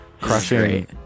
Crushing